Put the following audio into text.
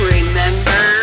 Remember